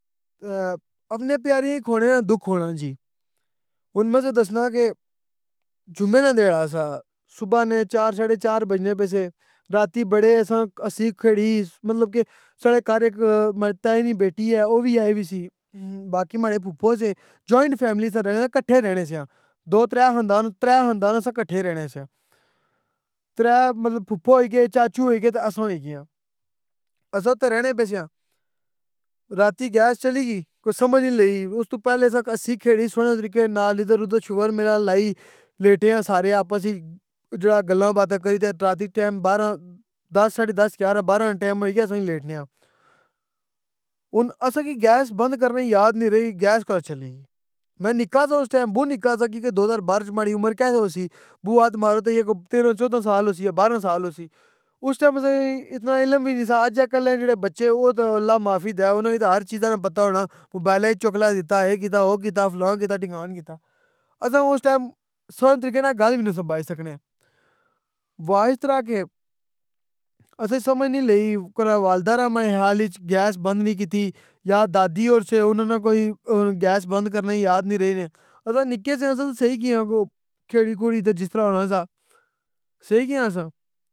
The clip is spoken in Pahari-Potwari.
اپنی پیاراں کی کھونے نا ڈر ہونا جی، ہن میں تساں کی دسنا آں، جمعہ نا تیڑا سا صبح نے، چار ساڑے چار بجنے سے، راتی بڑا اسساں ہسی کھیڑی، مطلب کے ساڑے کھر ہیک ماڑی تائے نی بیٹی اے او وی آئی نی سی، باقی ماڑے پھپو سے، جوائنٹ فیملی وچ رہنے سیاں کھٹے رہن سیاں۔ دو ترے خاندان، ترے خاندان اسساں کھٹے رہنے سیاں، ترے مطلب پھپو پیے گئے مطلب چاچو پیے گئے، تے اسساں ہوئی گیاں۔ اسساں تے رہنے پئے سیاں، راتی گیس چلی گئی۔ کوئی سمجھ ای نی لگی، استو پہلے اسساں ہسسی کھیڑی سونے طریقے نال ادھر ادھر شغل میلا لائی، لیٹیاں سارے آپس وچ جیڑا گلاں باتیں کری تے، راتی ٹائم بارہ دس ساڑے دس گیارہ بارہ نا ٹائم ہوئیا تے اسسی لیٹنے آں۔ ہن اسساں کی گیس بندھ کرنے نی یاد نی رہی۔ گیس کواں چلی۔ میں نکا سا اس ٹائم، بوؤں نکا سا اس ٹائم کیاں کے دو ہزار بارہ وچ ماڑی عمر کے ہوسی؟ بو ہاتھ مارو تو اے ای کوئی تیرہ چودہ سال ہوسی، اس ایلے آساں کی اتنا کوئی علم وی نا سا، آج کل نے جیڑے بچے نے اننا کے تے ہر چیزاں نا پتہ ہونا مبائل کی چوکلا دیتا اے کیتا او کیتا فلانیاں کیتا ڈھیک آن کیتا۔ اسساں اس ٹائم سوہنے طریقے نال گل وی نا سے بائی سکنے۔ ہویا اس طرح کہ اسساں سمجھ نی لئی، والدہ ماڑے خیال وچ کے گیس بند نی سی کیتی۔ یا دادی ہور سے اننا کی گیس بند کرے نی یاد نیا رہی، اسساں نکے سے کھیلی کھلی سئی گیاں ساں۔